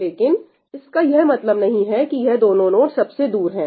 लेकिन इसका यह मतलब नहीं है कि यह दोनों नोड सबसे दूर है